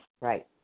right